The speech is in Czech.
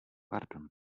pardon